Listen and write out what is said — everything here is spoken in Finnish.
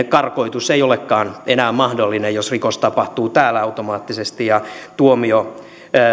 karkotus ei olekaan enää automaattisesti mahdollinen jos rikos tapahtuu täällä ja tuomio